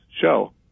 show